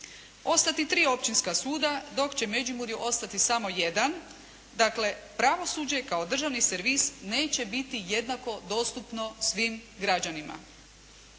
ostati 3 općinska suda dok će Međimurju ostati samo jedan. Dakle, pravosuđe kao državni servis neće biti jednako dostupno svim građanima.